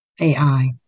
AI